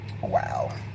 Wow